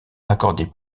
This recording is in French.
accordé